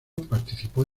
participó